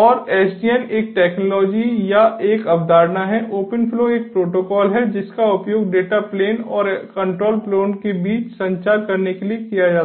और SDN एक technology या एक अवधारणा है ओपन फ्लो एक प्रोटोकॉल है जिसका उपयोग डाटा प्लेन और कंट्रोल प्लेन के बीच संचार करने के लिए किया जाता है